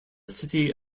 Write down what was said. city